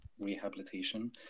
rehabilitation